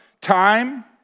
time